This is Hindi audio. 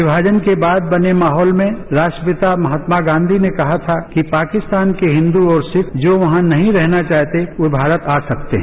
विभाजन के बाद बने माहौल में राष्ट्रपिता महात्मा गांधी ने कहा था कि पाकिस्तान के हिंदू और सिख जो वहां नहीं रहना चाहते वो भारत आ सकते हैं